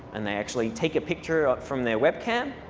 and they actually take a picture from their webcam.